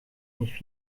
nicht